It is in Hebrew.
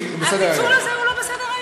הפיצול הזה הוא לא בסדר-היום.